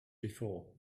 before